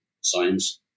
science